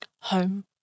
Home